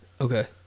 Okay